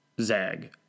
Zag